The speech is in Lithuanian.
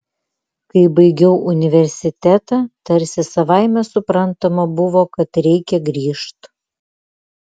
kai baigiau universitetą tarsi savaime suprantama buvo kad reikia grįžt